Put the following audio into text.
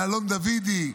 לאלון דוידי,